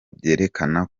byerekana